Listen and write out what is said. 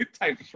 type